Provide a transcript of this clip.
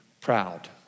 proud